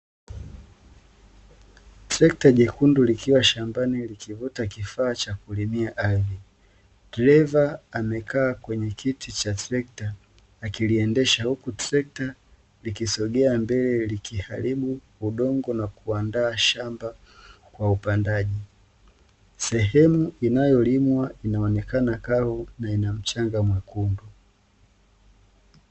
Trekta jekundu likiwa shambani likivuta kifaa cha kulimia ardhi. Dereva amekaa kwenye kiti cha trekta, akiliendesha huku trekta likisogea mbele likiharibu udongo na kuandaa shamba kwa upandaji. Sehemu inayolimwa inaonekana kavu na ina mchanga mwekundu.